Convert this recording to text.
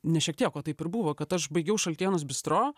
ne šiek tiek o taip ir buvo kad aš baigiau šaltienos bistro